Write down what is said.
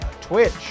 Twitch